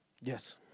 Yes